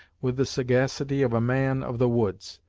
with the sagacity of a man of the woods,